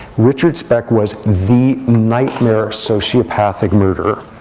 richard speck was the nightmare sociopathic murderer.